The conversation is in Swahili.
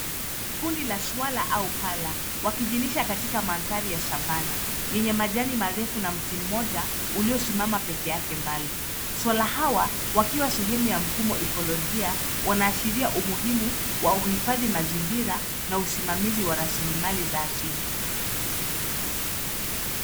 Kundi la swala au pala , wakijilisha katika mandhari ya savanna yenye majani marefu na mti mmoja uliosimama peke yake mbali. Swala hawa wakiwa sehemu ya mfumo ikolojia wanaashiria umuhimu wa uhifandhi mazingira na usimamizi wa rasilimali za asili.